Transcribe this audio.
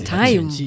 time